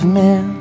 men